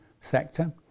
sector